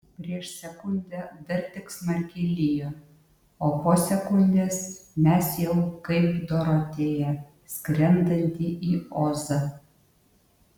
prieš sekundę dar tik smarkiai lijo o po sekundės mes jau kaip dorotėja skrendanti į ozą